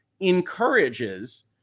encourages